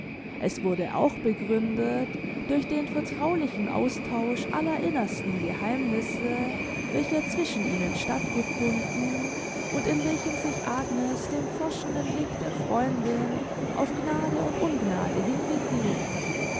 es wurde auch begründet durch den vertraulichen austausch aller innersten geheimnisse welcher zwischen ihnen statt gefunden und in welchem sich agnes dem forschenden blick der freundin auf gnade und ungnade hingegeben